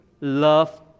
love